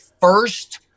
first